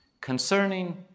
concerning